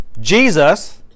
Jesus